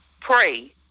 pray